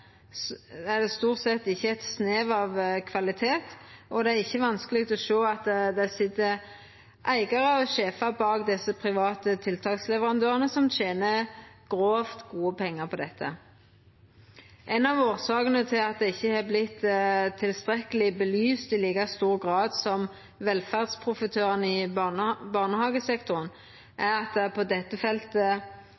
eit snev av kvalitet, og det er ikkje vanskeleg å sjå at det sit eigarar og sjefar bak desse private tiltaksleverandørane som tener grovt gode pengar på dette. Ei av årsakene til at dette ikkje har vorte belyst i like stor grad som velferdsprofitørane i barnehagesektoren,